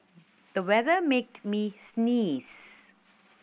the weather made me sneeze